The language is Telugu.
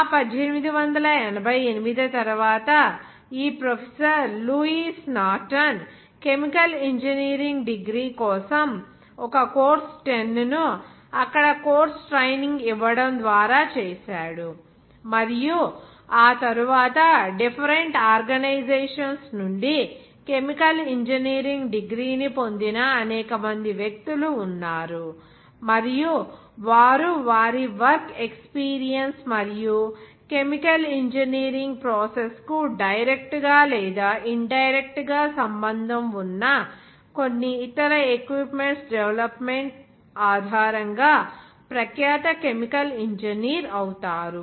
ఆ 1888 తరువాత ఈ professor Louis Norton chemical engineering degree కోసం ఒక కోర్సు 10 ను అక్కడ కోర్సు ట్రైనింగ్ ఇవ్వడం ద్వారా చేశాడు మరియు ఆ తరువాత డిఫరెంట్ ఆర్గనైజేషన్స్ నుండి కెమికల్ ఇంజనీరింగ్ డిగ్రీ ని పొందిన అనేక మంది వ్యక్తులు ఉన్నారు మరియు వారు వారి వర్క్ ఎక్స్పీరియన్స్ మరియు కెమికల్ ఇంజనీరింగ్ ప్రాసెస్ కు డైరెక్ట్ గా లేదా ఇన్ డైరెక్ట్ గా సంబంధం ఉన్న కొన్ని ఇతర ఎక్విప్మెంట్స్ డెవలప్మెంట్ ఆధారంగా ప్రఖ్యాత కెమికల్ ఇంజనీర్ అవుతారు